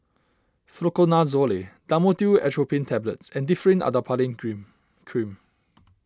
Fluconazole Dhamotil Atropine Tablets and Differin Adapalene Cream